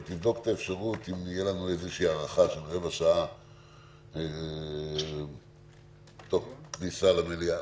אבל תבדוק את האפשרות אם יהיה לנו הארכה של רבע שעה כניסה למליאה.